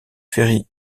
ferry